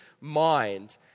mind